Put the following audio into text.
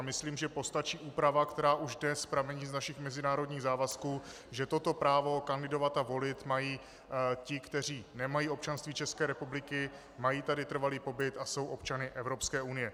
Myslím, že postačí úprava, která už dnes pramení z našich mezinárodních závazků, že toto právo kandidovat a volit mají ti, kteří nemají občanství České republiky, mají tady trvalý pobyt a jsou občany Evropské unie.